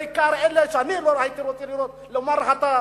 בעיקר אלה שאני לא הייתי רוצה לראות, לומר לך, אתה